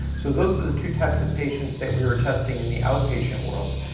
so those are the two types of patients that we are testing in the outpatient world.